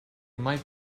might